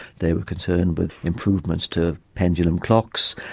they were concerned with improvements to pendulum clocks,